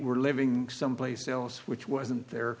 were living someplace else which wasn't there